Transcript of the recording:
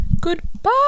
Goodbye